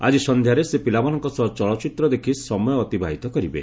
ଆଜି ସନ୍ଧ୍ୟାରେ ସେ ପିଲାମାନଙ୍କ ସହ ଚଳଚ୍ଚିତ୍ର ଦେଖି ସମୟ ଅତିବାହିତ କରିବେ